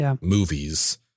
movies